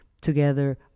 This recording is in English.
together